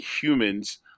humans